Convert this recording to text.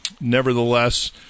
nevertheless